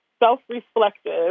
self-reflective